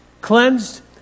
cleansed